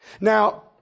Now